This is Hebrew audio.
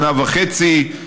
שנה וחצי,